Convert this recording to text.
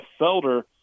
Felder